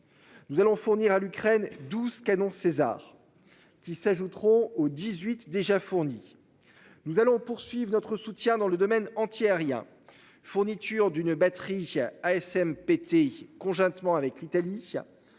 Nous allons fournir à l'Ukraine 12 canons Caesar qui s'ajouteront aux 18 déjà fourni. Nous allons poursuivre notre soutien dans le domaine anti-aériens fourniture d'une batterie ASM PTI conjointement avec l'Italie.